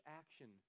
action